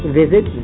visit